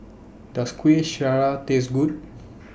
Does Kueh Syara Taste Good